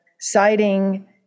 citing